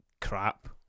crap